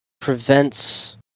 prevents